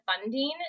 funding